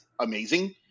amazing